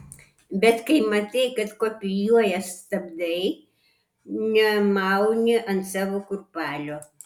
bet kai matai kad kopijuoja stabdai nemauni ant savo kurpalio